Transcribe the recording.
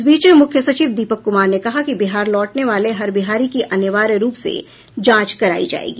इस बीच मुख्य सचिव दीपक कुमार ने कहा कि बिहार लौटने वाले हर बिहारी की अनिवार्य रूप से जांच करायी जायेगी